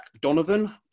Donovan